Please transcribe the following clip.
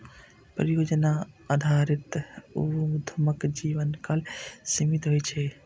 परियोजना आधारित उद्यमक जीवनकाल सीमित होइ छै